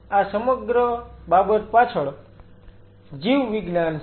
ત્યાં આ સમગ્ર બાબત પાછળ જીવવિજ્ઞાન છે